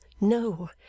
no